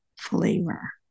flavor